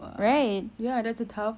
!wow! ya that's a tough